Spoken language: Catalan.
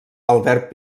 albert